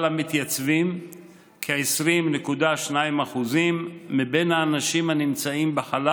מהמשבר הזה, אנחנו נקבל אותו קצת באיחור.